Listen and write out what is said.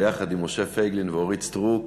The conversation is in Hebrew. ביחד עם משה פייגלין ואורית סטרוק